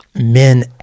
men